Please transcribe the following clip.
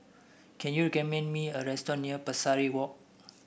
can you me a restaurant near Pesari Walk